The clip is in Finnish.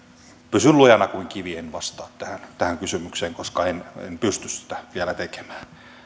pysyn lujana kuin kivi en vastaa tähän kysymykseen koska en pysty sitä vielä tekemään